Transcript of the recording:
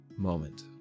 moment